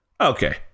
Okay